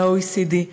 של ה-OECD,